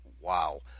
Wow